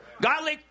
Godly